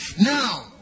Now